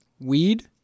Weed